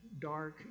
dark